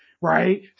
right